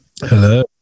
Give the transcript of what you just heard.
Hello